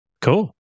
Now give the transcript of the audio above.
Cool